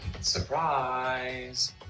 Surprise